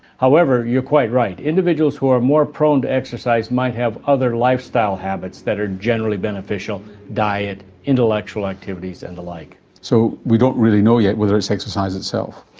however, you're quite right, individuals who are more prone to exercise might have other lifestyle habits that are generally beneficial diet, intellectual activities and the like. so we don't really know yet whether it's exercise itself?